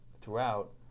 throughout